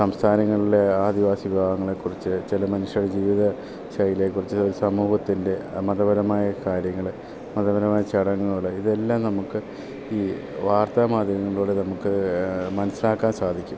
സംസ്ഥാനങ്ങളിലെ ആദിവാസി വിഭാവങ്ങളെക്കുറിച്ച് ചില മനുഷ്യരുടെ ജീവിത ശൈലിയെക്കുറിച്ച് സമൂഹത്തിൻ്റെ മതപരമായ കാര്യങ്ങൾ മതപരമായ ചടങ്ങുകൾ ഇതെല്ലാം നമുക്ക് ഈ വാർത്താ മാധ്യമങ്ങളിലൂടെ നമുക്ക് മനസ്സിലാക്കാൻ സാധിക്കും